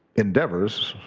endeavors,